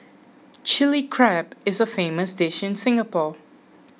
Chilli Crab is a famous dish in Singapore